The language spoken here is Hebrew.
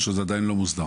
או שזה עדיין לא מוסדר?